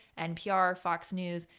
npr, fox news,